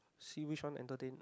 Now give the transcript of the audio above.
see which one entertain